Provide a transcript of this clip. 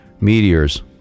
meteors